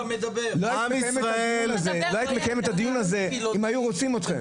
עם ישראל --- לא היית מקיימת את הדיון הזה אם היו רוצים אתכם.